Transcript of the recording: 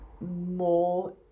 more